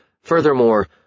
Furthermore